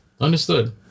Understood